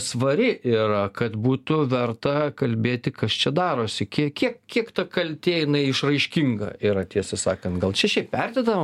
svari yra kad būtų verta kalbėti kas čia darosi kiek kiek ta kaltė jinai išraiškinga yra tiesą sakant gal čia šiaip perdedama